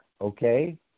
okay